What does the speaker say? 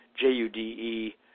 J-U-D-E